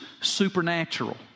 supernatural